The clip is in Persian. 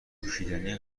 نوشیدنی